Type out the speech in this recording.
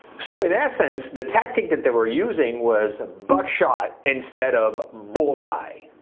so in essence, the tactic that they were using was buckshot instead of bulls eye.